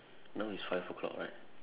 now is five o-clock right